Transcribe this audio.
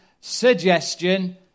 suggestion